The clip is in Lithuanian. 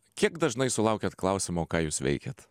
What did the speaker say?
kiek dažnai sulaukiat klausimo ką jūs veikiat